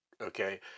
okay